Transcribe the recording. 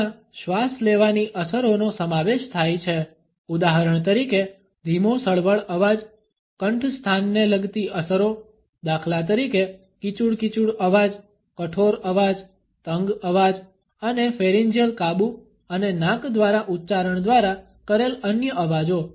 તેમાં શ્વાસ લેવાની અસરોનો સમાવેશ થાય છે ઉદાહરણ તરીકે ધીમો સળવળ અવાજ કંઠસ્થાનને લગતી અસરો દાખલા તરીકે કિચૂડ કિચૂડ અવાજ કઠોર અવાજ તંગ અવાજ અને ફેરિંજીયલ કાબૂ અને નાક દ્વારા ઉચ્ચારણ દ્વારા કરેલ અન્ય અવાજો